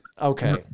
Okay